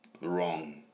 Wrong